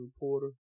reporter